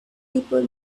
people